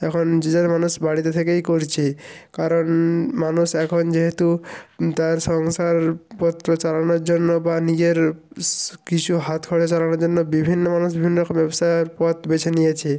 এখন যে যার মানুষ বাড়িতে থেকেই করছে কারণ মানুষ এখন যেহেতু তার সংসারপত্র চালানোর জন্য বা নিজের কিছু হাত খরচ চালানোর জন্য বিভিন্ন মানুষ বিভিন্ন রকম ব্যবসার পথ বেছে নিয়েছে